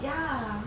ya